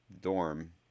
Dorm